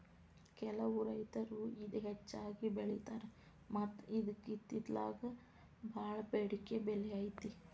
ಕೆಲವು ರೈತರು ಇದ ಹೆಚ್ಚಾಗಿ ಬೆಳಿತಾರ ಮತ್ತ ಇದ್ಕ ಇತ್ತಿತ್ತಲಾಗ ಬಾಳ ಬೆಡಿಕೆ ಬೆಲೆ ಐತಿ